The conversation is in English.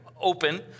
open